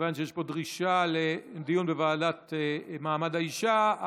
כיוון שיש פה דרישה לדיון בוועדה למעמד האישה,